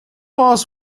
warst